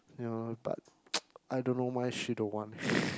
you know but I don't know why she don't want